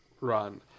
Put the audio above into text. run